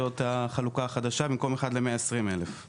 במקום 1 ל-120 אלף.